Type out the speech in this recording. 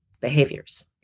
behaviors